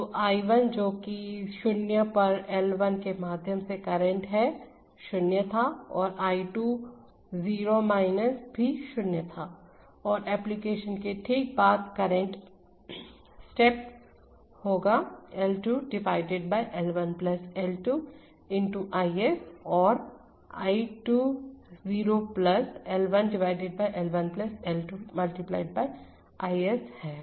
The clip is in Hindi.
तो I 1 जो कि 0 पर L 1 के माध्यम से करंट है 0 था और I 2 0 भी 0 था और एप्लीकेशन के ठीक बाद करंट स्टेप होगा L 2 L 1 L 2 × I s और I 2 0 L 1 L 1 L 2 × I s है